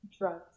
drugs